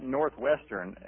Northwestern